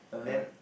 then